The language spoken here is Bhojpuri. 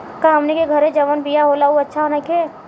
का हमनी के घरे जवन बिया होला उ अच्छा नईखे?